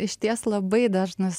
išties labai dažnas